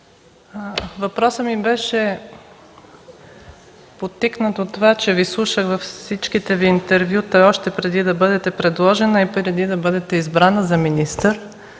въпросът ми беше подтикнат от това, че Ви слушах във всичките Ви интервюта, още преди да бъдете предложена и преди да бъдете избрана за министър,